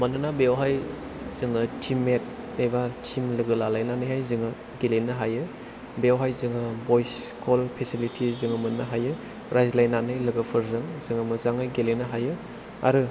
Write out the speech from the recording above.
मानोना बेयावहाय जोङो टिममेट एबा टिम लोगो लालायनैहाय जोङो गेलेनो हायो बेयावहाय जोङो भइस क'ल फेसिलिटि जोङो मोननो हायो रायज्लायनानै लोगोफोरजों जोङो मोजाङै गेलेनो हायो आरो